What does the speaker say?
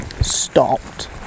stopped